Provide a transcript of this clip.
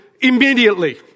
immediately